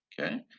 okay